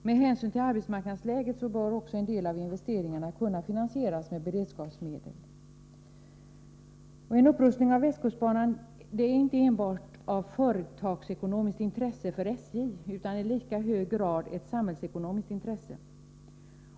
Med hänsyn till arbetsmarknadsläget bör en del av investeringarna kunna finansieras med beredskapsmedel. En upprustning av västkustbanan är inte enbart av företagsekonomiskt intresse för SJ, utan i lika hög grad ett samhällsekonomiskt intresse.